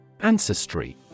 Ancestry